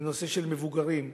בנושא של מבוגרים.